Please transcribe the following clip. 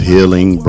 Healing